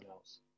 else